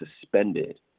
suspended